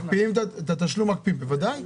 מקפיאים את התשלום, בוודאי.